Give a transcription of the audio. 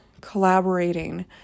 collaborating